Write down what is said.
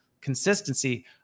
consistency